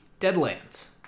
Deadlands